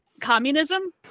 communism